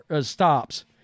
stops